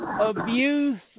abuse